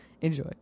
Enjoy